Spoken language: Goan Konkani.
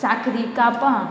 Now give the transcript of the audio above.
साकरी कापां